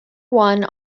one